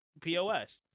POS